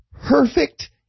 perfect